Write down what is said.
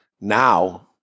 now